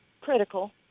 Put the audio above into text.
Critical